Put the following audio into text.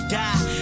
die